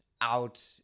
out